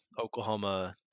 Oklahoma